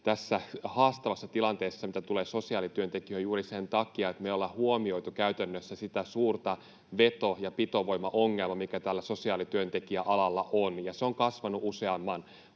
tässä haastavassa tilanteessa, mitä tulee sosiaalityöntekijöihin, myöskin juuri sen takia, että me ei olla huomioitu käytännössä sitä suurta veto- ja pitovoimaongelmaa, mikä täällä sosiaalityöntekijäalalla on, ja se on kasvanut useamman